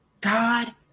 God